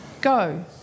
Go